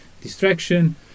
distraction